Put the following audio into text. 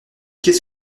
qu’est